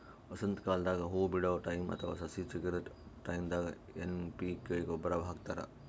ವಸಂತಕಾಲದಾಗ್ ಹೂವಾ ಬಿಡೋ ಟೈಮ್ ಅಥವಾ ಸಸಿ ಚಿಗರದ್ ಟೈಂದಾಗ್ ಎನ್ ಪಿ ಕೆ ಗೊಬ್ಬರ್ ಹಾಕ್ತಾರ್